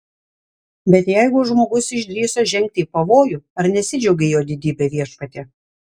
bet jeigu žmogus išdrįso žengti į pavojų ar nesidžiaugei jo didybe viešpatie